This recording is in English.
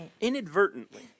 inadvertently